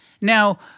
Now